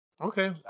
Okay